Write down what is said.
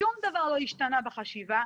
שום דבר לא השתנה בחשיבה.